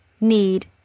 need